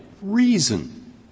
reason